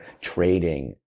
trading